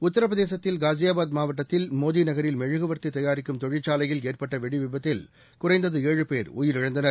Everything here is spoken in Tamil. உத்தரபிரதேசத்தில் காசியாபாத் மாவட்டத்தில் மோதிநகரில் மெழுகுவர்த்திதயாரிக்கும் தொழிற்சாலையில் ஏற்பட்டவெடிசம்பத்தில் குறைந்நது ஏழு பேர் உயிரிழந்தனர்